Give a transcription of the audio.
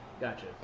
Gotcha